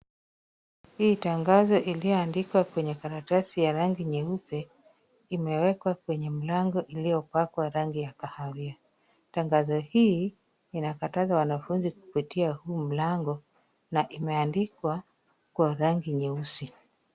Hii tangazo iliyoandikwa kwenye karatasi ya rangi nyeupe, imewekwa kwenye mlango iliyopakwa rangi ya kahawia. Tangazo hii inakataza wanafunzi kupitia huu mlango na imeandikwa kwa rangi nyeusi.